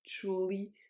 truly